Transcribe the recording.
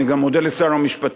ואני גם מודה לשר המשפטים,